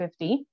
50